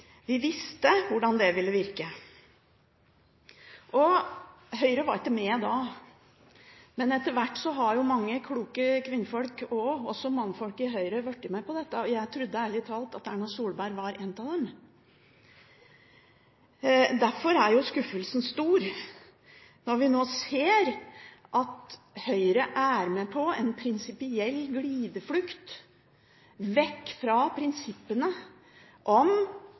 Vi visste hvordan det ville virke. Høyre var ikke med da. Men etter hvert har jo mange kloke kvinnfolk og også mannfolk i Høyre blitt med på dette, og jeg trodde ærlig talt at Erna Solberg var en av dem. Derfor er jo skuffelsen stor når vi nå ser at Høyre er med på en prinsipiell glideflukt vekk fra prinsippene om